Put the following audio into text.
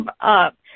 up